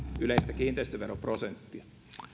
yleistä kiinteistöveroprosenttia